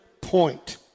point